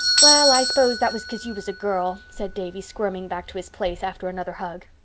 well, i s'pose that was cause you was a girl, said davy, squirming back to his place after another hug.